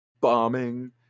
bombing